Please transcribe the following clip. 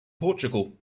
portugal